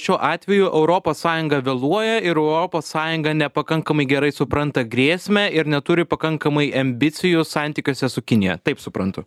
šiuo atveju europos sąjunga vėluoja ir europos sąjunga nepakankamai gerai supranta grėsmę ir neturi pakankamai ambicijų santykiuose su kinija taip suprantu